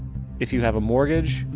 if you have a mortgage,